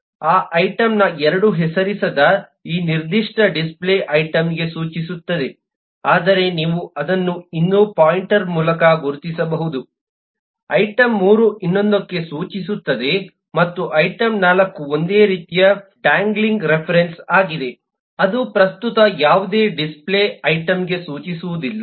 ಆ ಐಟಂನ 2 ಹೆಸರಿಸದ ಈ ನಿರ್ದಿಷ್ಟ ಡಿಸ್ಪ್ಲೇ ಐಟಂಗೆ ಸೂಚಿಸುತ್ತದೆ ಆದರೆ ನೀವು ಅದನ್ನು ಇನ್ನೂ ಪಾಯಿಂಟರ್ ಮೂಲಕ ಗುರುತಿಸಬಹುದು ಐಟಂ 3 ಇನ್ನೊಂದಕ್ಕೆ ಸೂಚಿಸುತ್ತದೆ ಮತ್ತು ಐಟಂ 4 ಒಂದು ರೀತಿಯ ಡ್ಯಾನ್ಗ್ಲಿಂಗ್ ರೆಫರೆನ್ಸ್ ಆಗಿದೆ ಅದು ಪ್ರಸ್ತುತ ಯಾವುದೇ ಡಿಸ್ಪ್ಲೇ ಐಟಂಗೆ ಸೂಚಿಸುವುದಿಲ್ಲ